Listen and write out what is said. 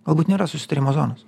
galbūt nėra susitarimo zonos